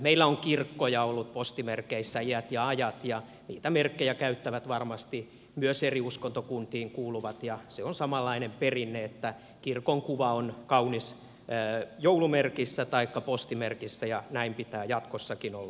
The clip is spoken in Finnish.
meillä on kirkkoja ollut postimerkeissä iät ja ajat ja niitä merkkejä käyttävät varmasti myös eri uskontokuntiin kuuluvat ja se on samanlainen perinne että kirkon kuva on kaunis joulumerkissä taikka postimerkissä ja näin pitää jatkossakin olla